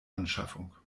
anschaffung